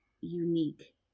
unique